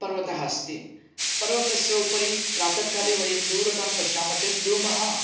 पर्वतः अस्ति पर्वतस्य उपरि प्रातःकाले वयं दूरतः पश्यामः चेत् धूमः